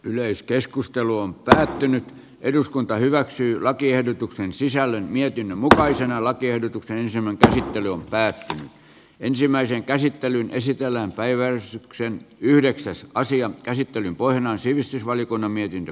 yleiskeskustelu on päättynyt eduskunta hyväksyi lakiehdotuksen sisällön mietin vuokraisännällä tiedot ryhmän käsittely on päättänyt ensimmäisen käsittelyn esitellään päiväysykseen yhdeksäs asian käsittelyn pohjana on sivistysvaliokunnan mietintö